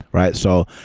right? so,